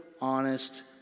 honest